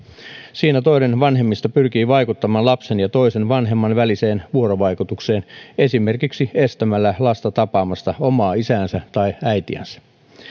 siinä toinen vanhemmista pyrkii vaikuttamaan lapsen ja toisen vanhemman väliseen vuorovaikutukseen esimerkiksi estämällä lasta tapaamasta omaa isäänsä tai äitiänsä